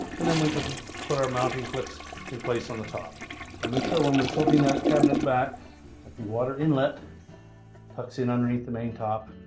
and then we can put our mounting clips in place on the top make sure when we're tilting that cabinet back that the water inlet tucks in underneath the main top